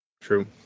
true